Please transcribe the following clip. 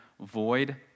void